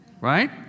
right